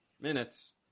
minutes